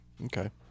Okay